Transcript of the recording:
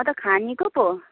म त खानीको पो हो